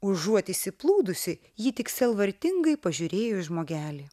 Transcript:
užuot išsiplūdusi ji tik sielvartingai pažiūrėjo į žmogelį